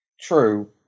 True